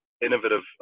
innovative